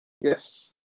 Yes